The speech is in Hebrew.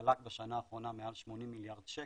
סלק בשנה האחרונה מעל 80 מיליארד שקל,